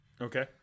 Okay